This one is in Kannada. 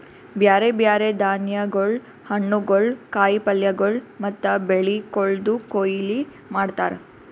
ಬ್ಯಾರೆ ಬ್ಯಾರೆ ಧಾನ್ಯಗೊಳ್, ಹಣ್ಣುಗೊಳ್, ಕಾಯಿ ಪಲ್ಯಗೊಳ್ ಮತ್ತ ಬೆಳಿಗೊಳ್ದು ಕೊಯ್ಲಿ ಮಾಡ್ತಾರ್